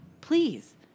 please